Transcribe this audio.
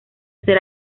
ser